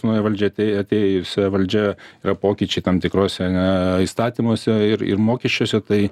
nauja valdžia tai atėjusia valdžia yra pokyčiai tam tikruose ane įstatymuose ir ir mokesčiuose tai